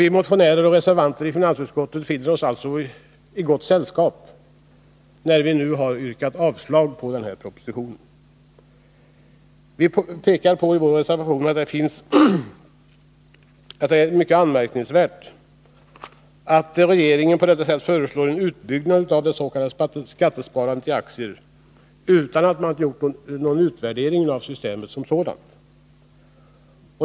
Vi motionärer och reservanter befinner oss alltså i gott sällskap när vi nu yrkar avslag på den här propositionen. Som vi påpekade i vår reservation är det mycket anmärkningsvärt att regeringen på detta sätt föreslår en utbyggnad av det s.k. skattesparandet i aktier utan att någon utvärdering av systemet som sådant gjorts.